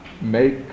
make